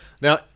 Now